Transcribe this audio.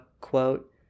quote